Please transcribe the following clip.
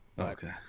Okay